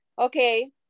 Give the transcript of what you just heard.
okay